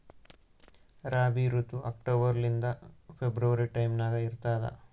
ರಾಬಿ ಋತು ಅಕ್ಟೋಬರ್ ಲಿಂದ February time ನಾಗ ಇರ್ತದ